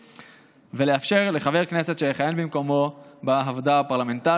פרטני, אני אשמח